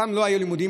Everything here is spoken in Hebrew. פעם לא היו לימודים,